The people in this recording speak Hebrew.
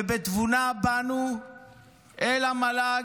ובתבונה באנו אל המל"ג,